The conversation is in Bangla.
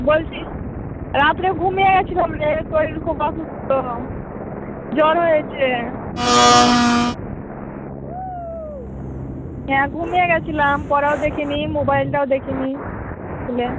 বলছি রাত্রে ঘুমিয়ে গেছিলাম রে শরীর খুব অসুস্থ জ্বর হয়েছে হ্যাঁ ঘুমিয়ে গিয়েছিলাম পড়াও দেখি নি মোবাইলটাও দেখি নি খুলে